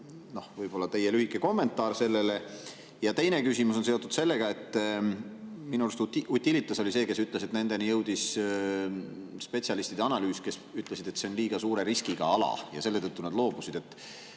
võib-olla teie lühike kommentaar sellele. Ja teine küsimus on seotud sellega, et minu arust oli Utilitas see, kes ütles, et nendeni jõudis spetsialistide analüüs, milles öeldi, et see on liiga suure riskiga ala, ja selle tõttu nad loobusid.